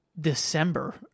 December